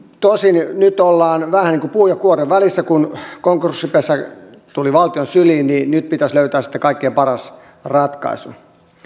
tosin nyt ollaan vähän niin kuin puun ja kuoren välissä kun konkurssipesä tuli valtion syliin niin nyt pitäisi löytää sitten kaikkein paras ratkaisu